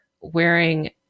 wearing